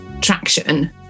traction